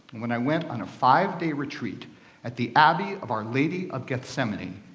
when i went on a five-day retreat at the abbey of our lady of gethsemani,